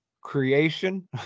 creation